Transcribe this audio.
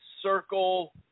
circle